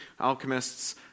alchemists